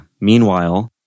Meanwhile